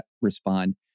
respond